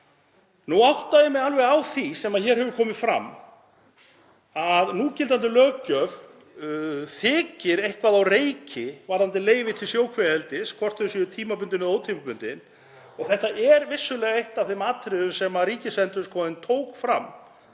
Nú átta ég mig alveg á því sem hér hefur komið fram, að núgildandi löggjöf þykir eitthvað á reiki varðandi leyfi til sjókvíaeldis, hvort þau séu tímabundin eða ótímabundin. Þetta er vissulega eitt af þeim atriðum sem Ríkisendurskoðun tók fram